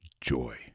Joy